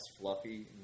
fluffy